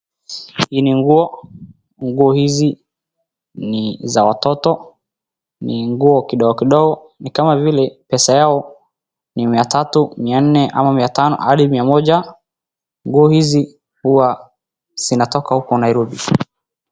Hii ni nguo, nguo hizi ni za watoto, ni nguo kidogo kidogo ni kama vile pesa yao ni mia tatu, mia nne ,mia tano hadi mia moja. Nguo hizi huwa zinatoka huko Nairobi.